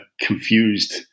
confused